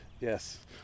yes